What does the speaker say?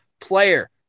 player